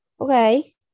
okay